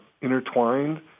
intertwined